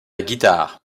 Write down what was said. guitare